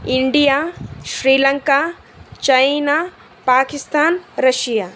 India Sri Lanka China Pakistan Russia